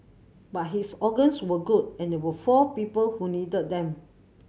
but his organs were good and there were four people who needed them